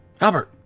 Albert